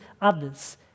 others